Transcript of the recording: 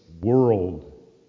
world